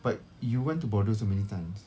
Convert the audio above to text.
but you went to bordeaux so many times